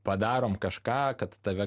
padarom kažką kad tave